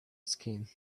skin